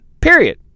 Period